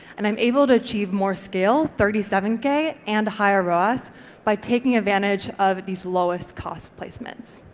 and i'm able to achieve more scale thirty seven k and higher roas by taking advantage of these lowest cost placements.